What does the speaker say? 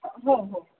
हो हो